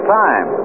time